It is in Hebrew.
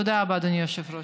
תודה רבה, אדוני היושב-ראש.